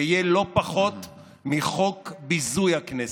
זה יהיה לא פחות מחוק ביזוי הכנסת.